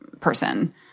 Person